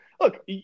look